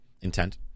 intent